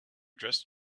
just